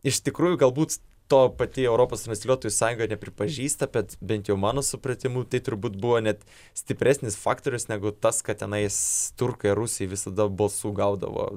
iš tikrųjų galbūt to pati europos transliuotojų sąjunga nepripažįsta bet bent jau mano supratimu tai turbūt buvo net stipresnis faktorius negu tas kad tenais turkai ar rusai visada balsų gaudavo